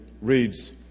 reads